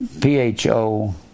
P-H-O